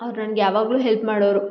ಅವ್ರು ನನ್ಗೆ ಯಾವಾಗಲೂ ಹೆಲ್ಪ್ ಮಾಡೋರು